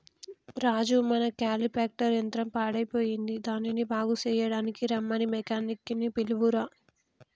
రాజు మన కల్టిప్యాకెర్ యంత్రం పాడయ్యిపోయింది దానిని బాగు సెయ్యడానికీ రమ్మని మెకానిక్ నీ పిలువురా